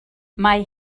mae